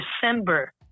December